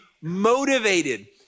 motivated